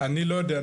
אני לא יודע,